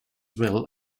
well